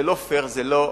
זה לא פייר, זה לא הגון.